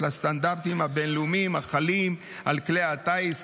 לסטנדרטים הבין-לאומיים החלים על כלי הטיס,